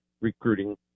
recruiting